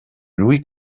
louis